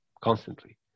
constantly